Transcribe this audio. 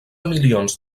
milions